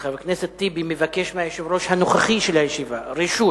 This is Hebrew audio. אז חבר הכנסת טיבי מבקש מהיושב-ראש הנוכחי של הישיבה רשות